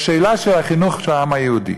בשאלה של החינוך של העם היהודי.